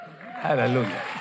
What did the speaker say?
Hallelujah